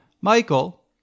Michael